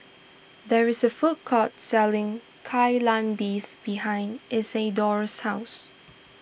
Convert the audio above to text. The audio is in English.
there is a food court selling Kai Lan Beef behind Isidore's house